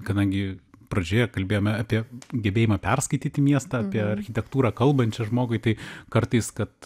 kadangi pradžioje kalbėjome apie gebėjimą perskaityti miestą apie architektūrą kalbančią žmogui tai kartais kad